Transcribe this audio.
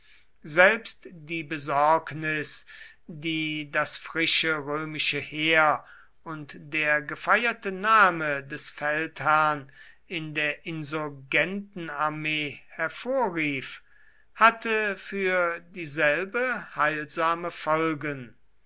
selbst die besorgnis die das frische römische heer und der gefeierte name des feldherrn in der insurgentenarmee hervorrief hatte für dieselbe heilsame folgen